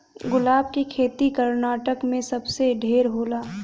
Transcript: गुलाब के खेती कर्नाटक में सबसे ढेर होला